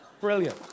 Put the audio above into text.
Brilliant